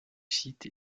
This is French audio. site